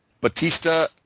Batista